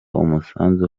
umusanzu